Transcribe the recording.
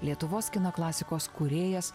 lietuvos kino klasikos kūrėjas